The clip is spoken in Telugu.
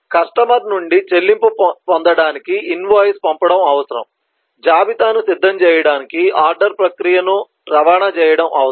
కస్టమర్ నుండి చెల్లింపు పొందడానికి ఇన్వాయిస్ పంపడం అవసరం జాబితాను సిద్ధం చేయడానికి ఆర్డర్ ప్రక్రియను రవాణా చేయడం అవసరం